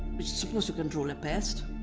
which is supposed to control a pest,